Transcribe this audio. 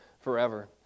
forever